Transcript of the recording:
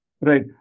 Right